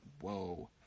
whoa